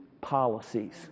policies